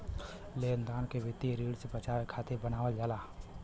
लेनदार के वित्तीय ऋण से बचावे खातिर बनावल जाला